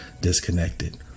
disconnected